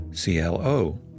ClO